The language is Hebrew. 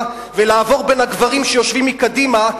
ולעבור בין הגברים שיושבים מקדימה,